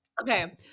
Okay